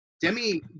Demi